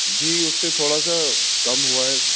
جی اُس سے تھوڑا سا کم ہُوا ہے